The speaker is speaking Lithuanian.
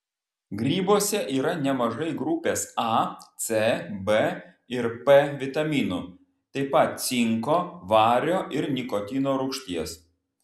grybuose yra nemažai grupės a c b ir p vitaminų taip pat cinko vario ir nikotino rūgšties